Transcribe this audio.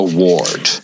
Award